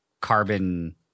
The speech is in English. carbon